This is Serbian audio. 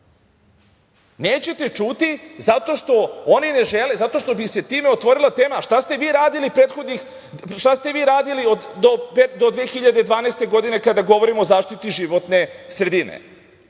Nećete čuti, zato što bi se time otvorila tema – šta ste vi radili do 2012. godine kada govorimo o zaštiti životne sredine? Onda